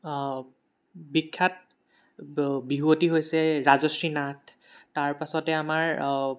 বিখ্যাত ব বিহুৱতী হৈছে ৰাজশ্ৰী নাথ তাৰ পাছতে আমাৰ